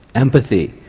empathy,